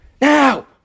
Now